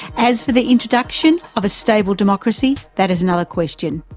as for the introduction of a stable democracy, that is another question.